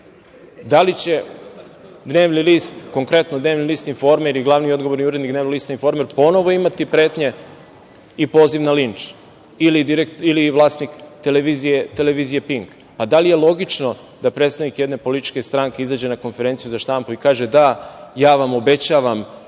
ili ne, da li će dnevni list "Informer" i glavni i odgovorni urednik dnevnog lista "Informer" ponovo imati pretnje i poziv na linč, ili vlasnik televizije "Pink".Da li je logično da predstavnik jedne političke stranke izađe na konferenciju za štampu i kaže - da, ja vam obećavam,